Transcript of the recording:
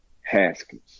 Haskins